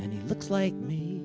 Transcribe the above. and he looks like me